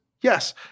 Yes